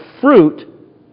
fruit